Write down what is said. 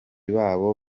babo